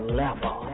level